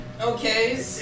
Okay